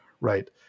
Right